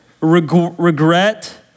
regret